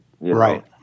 Right